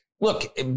look